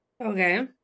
Okay